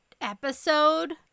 episode